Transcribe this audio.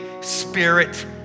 Spirit